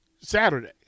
Saturday